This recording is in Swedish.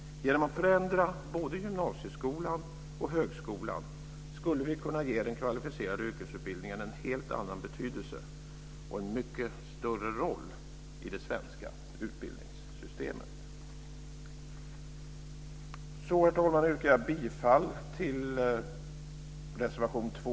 Genom att förändra både gymnasieskolan och högskolan skulle vi kunna ge den kvalificerade yrkesutbildningen en helt annan betydelse och en mycket större roll i det svenska utbildningssystemet. Så, herr talman, yrkar jag bifall till reservation 2